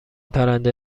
پرنده